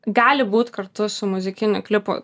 gali būt kartu su muzikiniu klipu